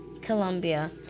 Colombia